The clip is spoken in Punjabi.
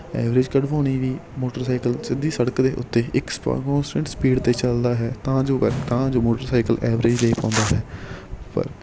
ਐਵਰੇਜ ਕੱਢ ਪਾਉਣੀ ਵੀ ਮੋਟਰਸਾਈਕਲ ਸਿੱਧੀ ਸੜਕ ਦੇ ਉੱਤੇ ਇੱਕ ਸਪੀਡ 'ਤੇ ਚੱਲਦਾ ਹੈ ਤਾਂ ਜੋ ਤਾਂ ਜੋ ਮੋਟਰਸਾਈਕਲ ਐਵਰੇਜ ਦੇ ਪਾਉਂਦਾ ਹੈ ਪਰ